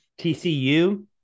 TCU